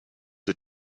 the